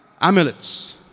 Amulets